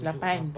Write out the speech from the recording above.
lapan